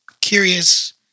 curious